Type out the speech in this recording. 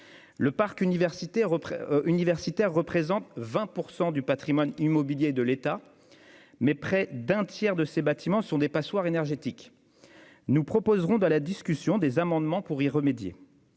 Le parc universitaire représente 20 % du patrimoine immobilier de l'État, mais près d'un tiers de ces bâtiments sont des passoires énergétiques ! Nous proposerons, au cours de la discussion, des amendements tendant à remédier